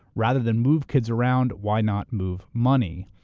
rather than move kids around, why not move money?